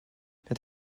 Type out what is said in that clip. het